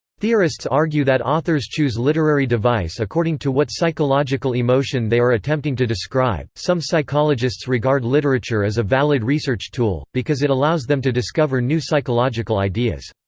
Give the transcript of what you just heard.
theorists argue that authors choose literary device according to what psychological emotion they are attempting to describe some psychologists regard literature as a valid research tool, because it allows them to discover new psychological ideas.